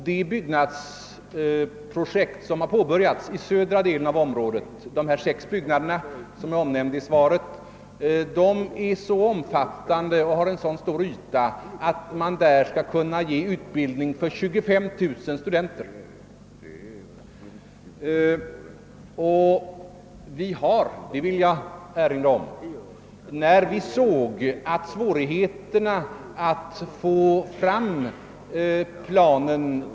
De byggnadsprojekt som påbörjats i södra delen av området, d.v.s. de sex byggnader. som . omnämndes i svaret, är så omfattande' och har så stor yta att man. där skall kunna ge utbildning för 25000 studenter. | När vi såg svårigheterna att få fram planen.